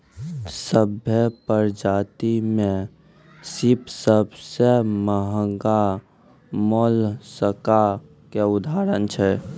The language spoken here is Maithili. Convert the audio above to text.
सभ्भे परजाति में सिप सबसें महगा मोलसका के उदाहरण छै